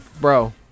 bro